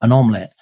an omelet,